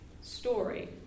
story